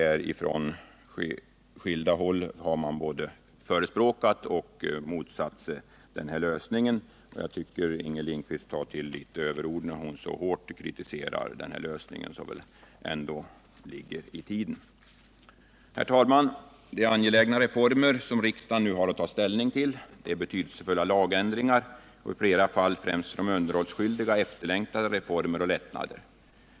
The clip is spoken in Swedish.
Man har från skilda håll både förespråkat och motsatt sig den i betänkandet föreslagna lösningen, men jag tycker ändå att Inger Lindquist tar till överord när hon så hårt kritiserar en lösning som ju trots allt ligger i tiden. Herr talman! Det är angelägna reformer som riksdagen nu har att ta ställning till. Det handlar om betydelsefulla lagändringar och i flera fall om reformer och lättnader som är efterlängtade kanske främst av de underhållsskyldiga.